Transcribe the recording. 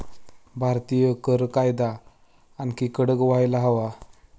भारतीय कर कायदा आणखी कडक व्हायला हवा